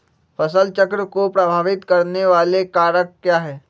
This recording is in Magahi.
फसल चक्र को प्रभावित करने वाले कारक क्या है?